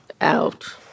out